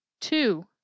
two